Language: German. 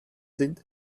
sind